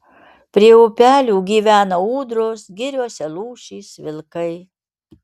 prie upelių gyvena ūdros giriose lūšys vilkai